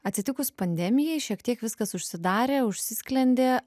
atsitikus pandemijai šiek tiek viskas užsidarė užsisklendė